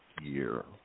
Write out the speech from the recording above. year